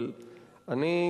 אבל אני,